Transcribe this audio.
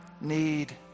need